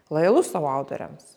lojalus savo autoriams